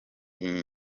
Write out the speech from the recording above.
iyi